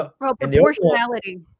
Proportionality